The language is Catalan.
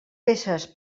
peces